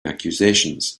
accusations